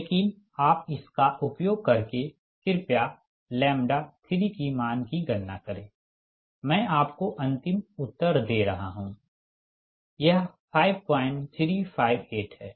लेकिन आप इसका उपयोग करके कृपया लैम्ब्डा 3 की मान की गणना करें मैं आपको अंतिम उत्तर दे रहा हूँ यह 5358 है